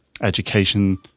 education